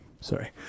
Sorry